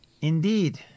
Indeed